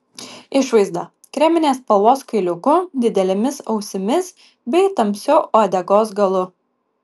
išvaizda kreminės spalvos kailiuku didelėmis ausimis bei tamsiu uodegos galu